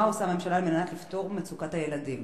עושה הממשלה על מנת לפתור את מצוקת הילדים?